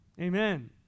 Amen